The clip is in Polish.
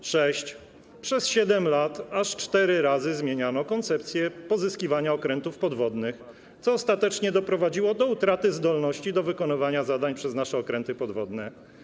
Po szóste, przez 7 lat aż 4 razy zmieniano koncepcję pozyskiwania okrętów podwodnych, co ostatecznie doprowadziło do utraty zdolności do wykonywania zadań przez nasze okręty podwodne.